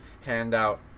handout